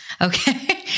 Okay